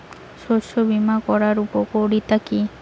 শস্য বিমা করার উপকারীতা?